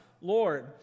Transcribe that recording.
Lord